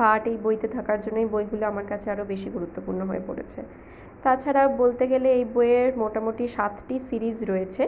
part এই বইতে থাকার জন্য এই বইগুলো আমার কাছে আরও বেশি গুরুত্বপূর্ণ হয়ে পড়েছে তাছাড়াও বলতে গেলে এই বইয়ের মোটামুটি সাতটি সিরিজ রয়েছে